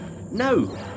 No